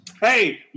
Hey